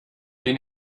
den